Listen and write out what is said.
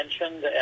mentioned